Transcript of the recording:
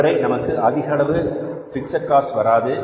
அதுவரை நமக்கு அதிகளவு பிக்ஸட் காஸ்ட் வராது